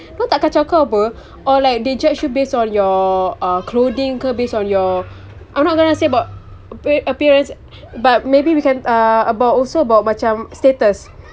dia orang tak kacau kau apa or like they judge you base on your uh clothing ke based on your I'm not gonna say about appearance but maybe we can uh about also about also macam status